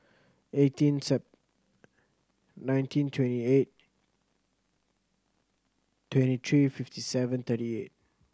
eighteen Sep nineteen twenty eight twenty three fifty seven thirty eight